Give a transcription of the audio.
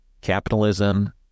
capitalism